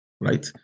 Right